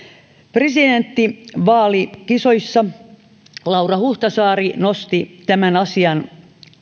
presidenttivaalikisoissa laura huhtasaari nosti tämän asian